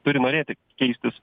turi norėti keistis